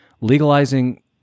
legalizing